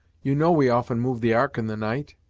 you know we often move the ark in the night.